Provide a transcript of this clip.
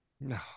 no